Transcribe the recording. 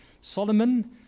Solomon